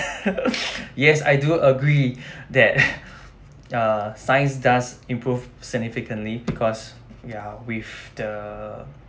yes I do agree that err science does improve significantly because ya with the